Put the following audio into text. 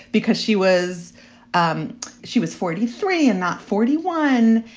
because she was um she was forty three and not forty one.